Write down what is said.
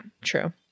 true